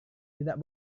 tidak